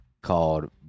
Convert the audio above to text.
called